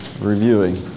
Reviewing